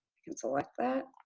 can select that.